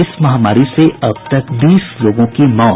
इस महामारी से अब तक बीस लोगों की मौत